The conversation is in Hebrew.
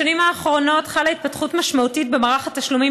בשנים האחרונות חלה התפתחות משמעותית במערך התשלומים